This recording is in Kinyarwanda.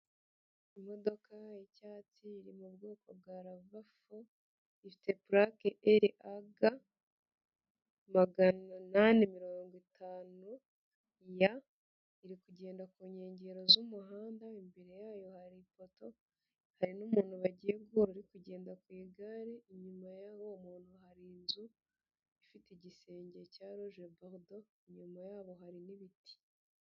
Imodoka y'cyatsi iri mu bwoko bwa Lava 4, ifite pulake LAG 850 Y iri kugenda ku nkengero z'umuhanda, imbere yayo hari ifoto hari n'umuntu bagiye guhura uri kugenda ku igare inyuma y'uwo muntu hari inzu ifite igisenge cya rouge burdo inyuma yabo hari nibiti.